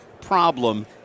problem